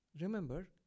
Remember